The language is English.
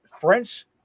French